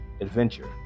adventure